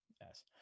Yes